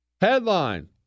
Headline